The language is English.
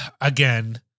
again